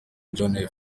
john